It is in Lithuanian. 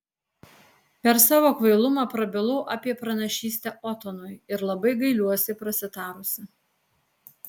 per savo kvailumą prabilau apie pranašystę otonui ir labai gailiuosi prasitarusi